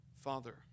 Father